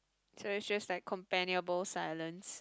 so is just like companionable silence